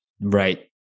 Right